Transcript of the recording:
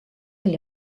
sel